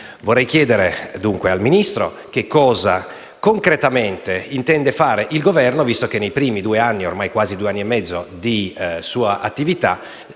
Vorrei dunque chiedere al Ministro che cosa concretamente intende fare il Governo, visto che nei primi due anni, ormai quasi due anni e mezzo di attività,